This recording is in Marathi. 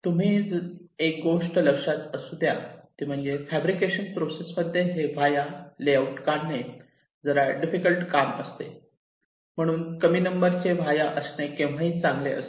तुम्ही एक गोष्ट लक्षात असू द्या ती म्हणजे फॅब्रिकेशन प्रोसेस मध्ये हे व्हॉया लेआउट काढणे जरा डिफिकल्ट काम असते म्हणून कमी नंबरचे व्हॉया असणे केव्हाही चांगले असते